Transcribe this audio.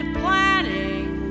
planning